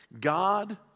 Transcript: God